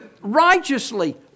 righteously